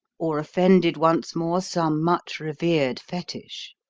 or offended once more some much-revered fetich.